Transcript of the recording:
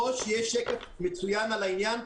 אדוני היושב-ראש, יש שקף מצוין על העניין.